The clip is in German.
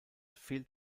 fehlt